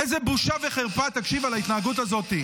בושה וחרפה על ההתנהגות הזאת.